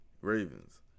Ravens